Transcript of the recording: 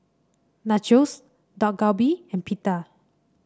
Nachos Dak Galbi and Pita